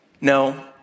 No